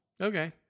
Okay